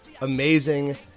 amazing